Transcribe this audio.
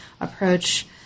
approach